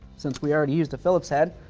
since we already used a phillips head,